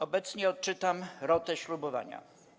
Obecnie odczytam rotę ślubowania.